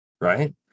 right